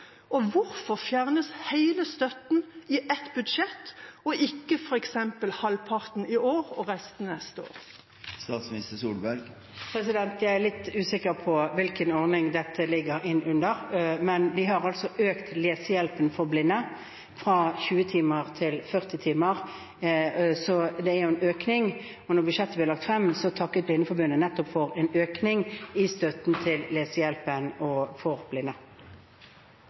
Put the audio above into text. og hvorfor fjernes hele støtten i ett budsjett, og ikke f.eks. halvparten i år og resten neste år? Jeg er litt usikker på hvilken ordning dette ligger inn under, men vi har økt lesehjelpen for blinde fra 20 timer til 40 timer, så det er en økning, og da budsjettet ble lagt frem, takket Blindeforbundet nettopp for en økning i støtten til lesehjelpen for blinde.